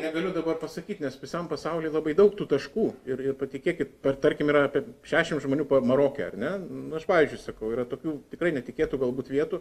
negaliu dabar pasakyt nes visam pasauly labai daug tų taškų ir ir patikėkit per tarkim yra apie šešim žmonių maroke ar ne nu aš pavyzdžiui sakau yra tokių tikrai netikėtų galbūt vietų